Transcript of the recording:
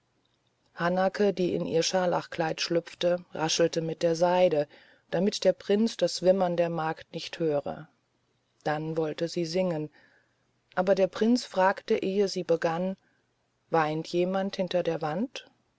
hanake die in ihr scharlachkleid schlüpfte raschelte mit der seide damit der prinz das wimmern der magd nicht höre dann wollte sie singen aber der prinz fragte ehe sie begann weint jemand hinter der wand